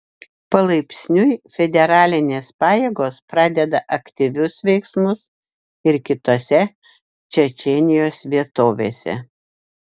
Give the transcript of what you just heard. palaipsniui federalinės pajėgos pradeda aktyvius veiksmus ir kitose čečėnijos vietovėse